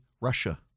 Russia